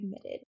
committed